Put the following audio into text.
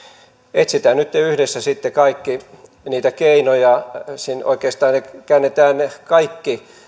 etsitään nytten kaikki yhdessä sitten niitä keinoja oikeastaan käännetään kaikki